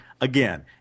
again